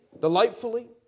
delightfully